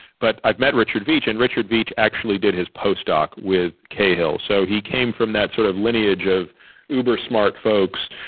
but i've met richard veech. and richard veech actually did his post doc with cahill, so he came from that sort of lineage of uber smart folks.